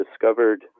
discovered